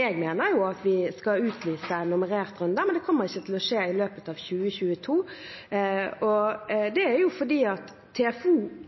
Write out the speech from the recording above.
jeg mener at vi skal utlyse en nummerert runde, men det kommer ikke til å skje i løpet av 2022. Det er fordi TFO er det som er